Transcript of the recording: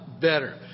better